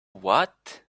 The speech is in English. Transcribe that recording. what